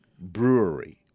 Brewery